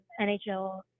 NHL